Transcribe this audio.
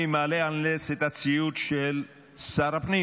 אני מעלה על נס את הציוץ של שר הפנים,